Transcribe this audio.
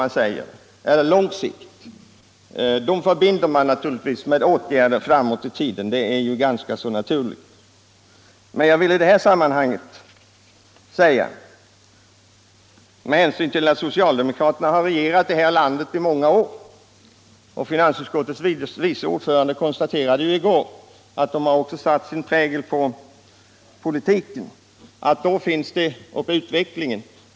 Med åtgärder på lång sikt menar man som regel åtgärder framåt i tiden — det är i och för sig naturligt. Socialdemokraterna har emellertid regerat det här landet i så många år —-finansutskottets vice ordförande konstaterade därtill i går att man också satt sin prägel på politiken och utvecklingen.